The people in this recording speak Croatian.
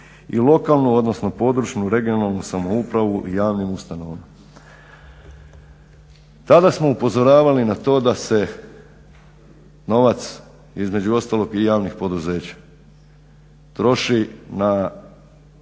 i lokalnu, područnu (regionalnu) samoupravu i javnim ustanovama. Tada smo upozoravali na to da se novac između ostalog i javnih poduzeća, troši na